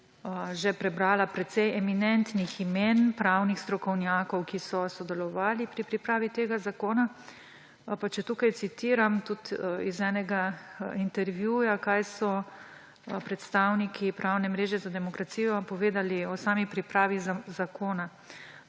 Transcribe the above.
že prebrala precej eminentnih imen pravnih strokovnjakov, ki so sodelovali pri pripravi tega zakona. Pa če tukaj citiram tudi iz enega intervjuja, kaj so predstavniki Pravne mreže za demokracijo povedali o sami pripravi zakona: